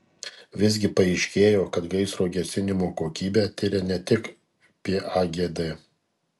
visgi paaiškėjo kad gaisro gesinimo kokybę tiria ne tik pagd